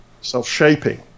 self-shaping